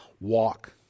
walk